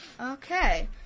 Okay